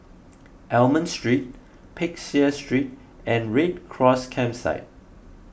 Almond Street Peck Seah Street and Red Cross Campsite